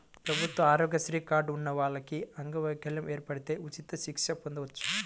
ప్రభుత్వ ఆరోగ్యశ్రీ కార్డు ఉన్న వాళ్లకి అంగవైకల్యం ఏర్పడితే ఉచిత చికిత్స పొందొచ్చు